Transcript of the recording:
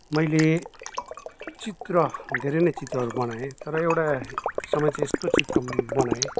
मैले चित्र धेरै नै चित्रहरू बनाएँ तर एउटा समय चाहिँ यस्तो चित्र बनाएँ